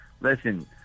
Listen